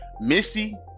Missy